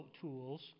tools